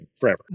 forever